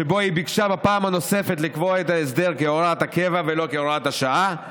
שבו היא ביקשה בפעם נוספת לקבוע את ההסדר כהוראת קבע ולא כהוראת שעה.